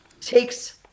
takes